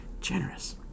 generous